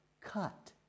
cut